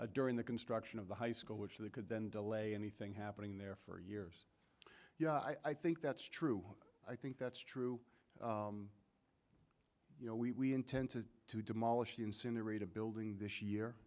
during the construction of the high school which they could then delay anything happening there for years yeah i think that's true i think that's true you know we intend to demolish the incinerate a building this year